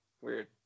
weird